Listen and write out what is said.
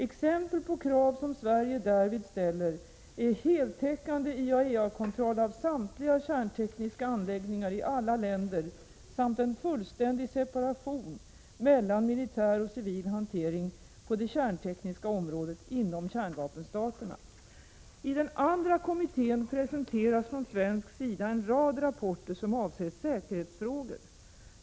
Exempel på krav som Sverige därvid ställer är heltäckande IAEA-kontroll av samtliga kärntekniska anläggningar i alla länder samt en fullständig separation mellan militär och civil hantering på det kärntekniska området inom kärnvapenstaterna. I den andra kommittén presenteras från svensk sida en rad rapporter som avser säkerhetsfrågor.